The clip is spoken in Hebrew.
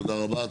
תודה רבה.